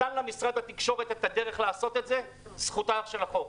משרד התקשורת נתן לה את הדרך לעשות את זה זכות ו של החוק.